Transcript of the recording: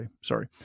sorry